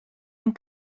amb